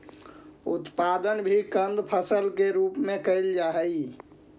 उत्पादन भी कंद फसल के रूप में कैल जा हइ